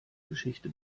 geschichte